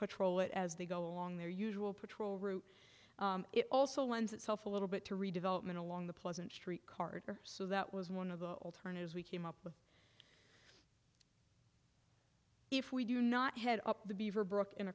patrol it as they go along their usual patrol route it also lends itself a little bit to redevelopment along the pleasant street card so that was one of the turners we came up with if we do not head up the beaverbrook and